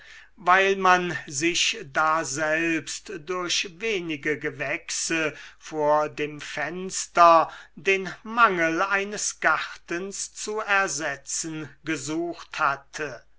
weil man sich daselbst durch wenige gewächse vor dem fenster den mangel eines gartens zu ersetzen gesucht hatte